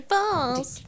Falls